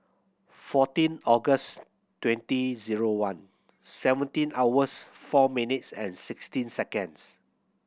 fourteen August twenty zero one seventeen hours four minutes and sixteen seconds